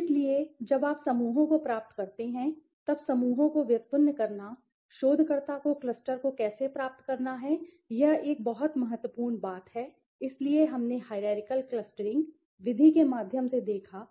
इसलिए जब आप समूहों को प्राप्त करते हैं तब समूहों को व्युत्पन्न करना शोधकर्ता को क्लस्टर को कैसे प्राप्त करना है यह एक बहुत महत्वपूर्ण बात है इसलिए हमने हाईरारकिअल क्लस्टरिंग विधि के माध्यम से देखा